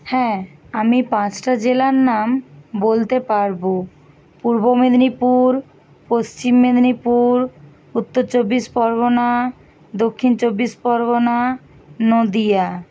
হ্যাঁ আমি পাঁচটা জেলার নাম বলতে পারবো পূর্ব মেদিনীপুর পশ্চিম মেদিনীপুর উত্তর চব্বিশ পরগনা দক্ষিন চব্বিশ পরগনা নদীয়া